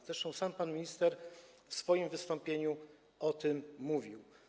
Zresztą sam pan minister w swoim wystąpieniu o tym mówił.